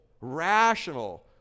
rational